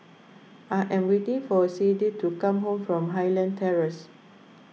I am waiting for Sadye to come back from Highland Terrace